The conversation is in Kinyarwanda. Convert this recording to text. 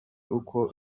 uko